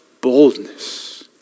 boldness